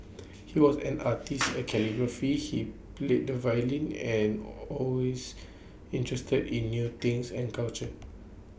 he was an artist A calligrapher he played the violin and always interested in new things and culture